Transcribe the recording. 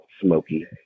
smoky